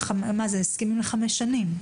אלה הסכמים לחמש שנים.